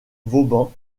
vauban